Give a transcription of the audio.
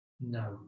no